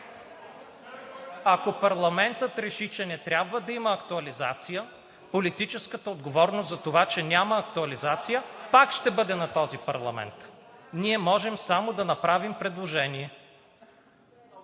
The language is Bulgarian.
Ако парламентът реши, че не трябва да има актуализация, политическата отговорност за това, че няма актуализация, пак ще бъде на този парламент. Ние можем само да направим предложение.